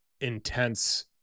intense